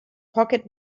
pocket